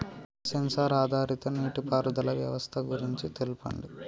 Censor ఆధారిత నీటిపారుదల వ్యవస్థ గురించి తెల్పండి?